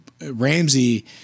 Ramsey